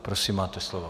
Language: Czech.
Prosím, máte slovo.